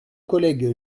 collègue